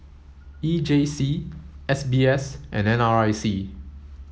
E J C S B S and N R I C